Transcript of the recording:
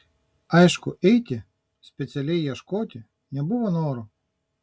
aišku eiti specialiai ieškoti nebuvo noro